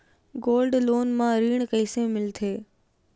Gold loan म ऋण कइसे मिलथे?